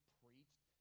preached